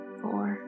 four